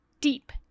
deep